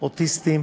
אוטיסטים